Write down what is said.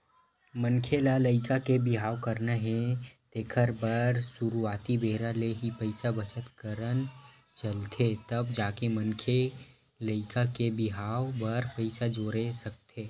मनखे ल लइका के बिहाव करना हे तेखर बर सुरुवाती बेरा ले ही पइसा बचत करत चलथे तब जाके मनखे लइका के बिहाव बर पइसा जोरे सकथे